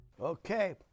Okay